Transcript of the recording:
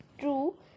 True